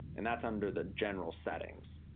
and that's under the general settings.